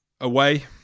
away